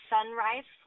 Sunrise